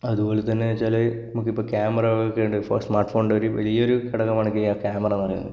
അതുപോലെ തന്നെ എന്നു വെച്ചാൽ നമുക്കിപ്പോൾ ക്യാമറകളൊക്കെ ഉണ്ട് ഇപ്പോൾ സ്മാര്ട്ട് ഫോണിന്റെ ഒരു വലിയൊരു ഘടകമാണ് കാ ക്യാമറ എന്നു പറയുന്നത്